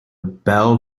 belle